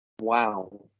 wow